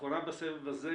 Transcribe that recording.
האחרונה בסבב הזה